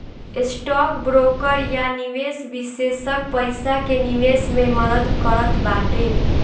stock broker या निवेश विषेशज्ञ पईसा के निवेश मे मदद करत बाटे